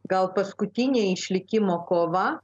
gal paskutinė išlikimo kova